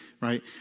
right